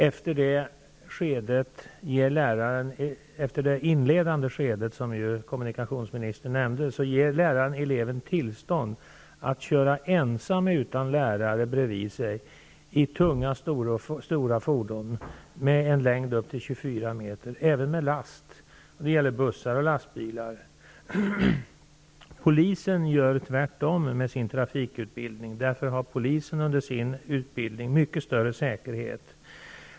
Efter det inledande skedet, som kommunikationsministern nämnde, ger läraren eleven tillstånd att köra ensam utan lärare bredvid sig i tunga, stora fordon med en längd upp till 24 meter, även med last. Det gäller både bussar och lastbilar. Polisen gör tvärtom i sin trafikutbildning, och därför är säkerheten där mycket större.